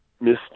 Miss